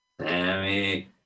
Sammy